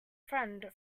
friend